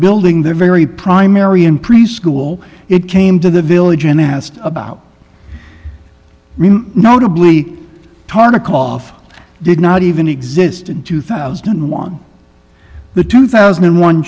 building their very primary in preschool it came to the village and asked about notably tartikoff did not even exist in two thousand and one the two thousand and one